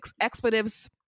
expletives